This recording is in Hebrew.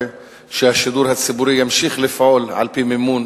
ושהשידור הציבורי ימשיך לפעול על-פי מימון